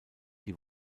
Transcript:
die